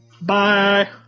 Bye